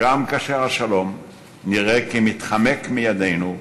וגם כאשר השלום נראה כמתחמק מידינו,